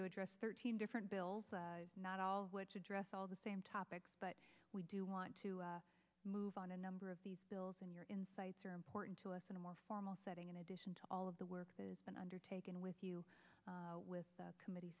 to address thirteen different bills not all of which address all the same topics but we do want to move on a number of these bills in your insights are important to us in a more formal setting in addition to all of the work that has been undertaken with you with the committee